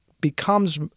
becomes